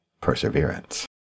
Perseverance